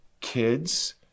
kids